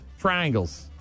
Triangles